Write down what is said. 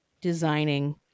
designing